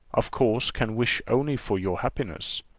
of course can wish only for your happiness.